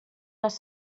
les